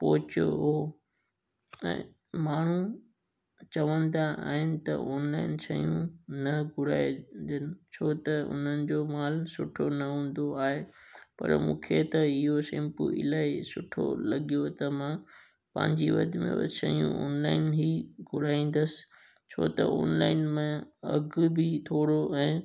पहुचयो हुओ ऐं माण्हू चवंदा आहिनि त ऑनलाइन शयूं न घुराइजनि छो त उन्हनि जो मालु सुठो न हूंदो आहे पर मूंखे त इहो शैम्पू इलाही सुठो लॻियो त मां पंहिंजी वधि में वधि शयूं ऑनलाइन ई घुराईंदसि छो त ऑनलाइन में अघु बि थोरो आहे